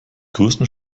größten